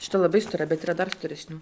šita labai stora bet yra dar storesnių